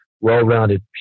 well-rounded